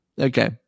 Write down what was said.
Okay